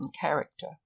character